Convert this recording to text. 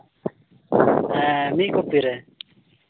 ᱦᱮᱸ ᱢᱤᱫ ᱠᱚᱯᱤ ᱨᱮ